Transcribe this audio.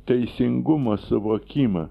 teisingumo suvokimą